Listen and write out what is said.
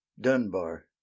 Dunbar